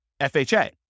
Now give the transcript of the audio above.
FHA